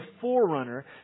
forerunner